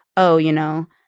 oh, you know,